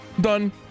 Done